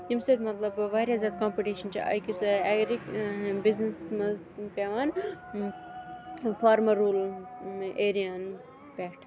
تِم چھِ صرف مَطلَب واریاہ زیادٕ کَمپِٹِشَن چھُ أکِس اٮ۪گرِ بِزنِسَس مَنٛز پیٚوان فارمَر روٗرَل ایریاہَن پیٹھ